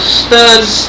studs